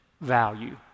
value